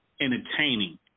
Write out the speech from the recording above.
entertaining